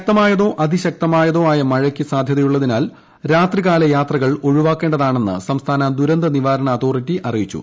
ശക്തമായതോ അതിശക്തമായതോ ആയ മഴയ്ക്ക് സാധ്യതയുള്ളതിനാൽ രാത്രികാല യാത്രകൾ ഒഴിവാക്കേണ്ടതാണെന്ന് സംസ്ഥാന ദുരന്ത നിവാരണ അതോറിറ്റി അറിയിച്ചു